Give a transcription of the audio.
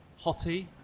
Hottie